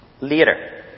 later